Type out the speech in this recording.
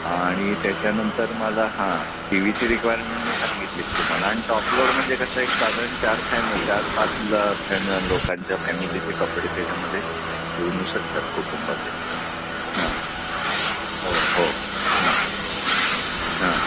आणि त्याच्यानंतर मला हां टी व्हीची रिक्वायरमेंट मी सांगितलीच तुम्हाला आणि टॉप लोड म्हणजे कसं एक साधारण चार फॅम चार पाच ल फॅमि लोकांच्या फॅमिलीचे कपडे त्याच्यामध्ये धुऊन होऊ शकतात कुटुंबाचे हां हो हो हां